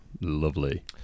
Lovely